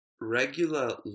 regular